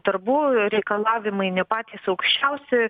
darbų ir reikalavimai ne patys aukščiausi